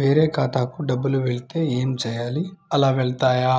వేరే ఖాతాకు డబ్బులు వెళ్తే ఏంచేయాలి? అలా వెళ్తాయా?